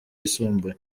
yisumbuye